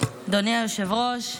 אדוני היושב-ראש הנכבד,